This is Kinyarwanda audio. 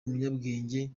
umunyabwenge